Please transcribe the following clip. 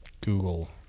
google